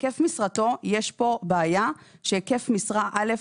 היקף משרתו יש פה בעיה שהיקף משרה, א',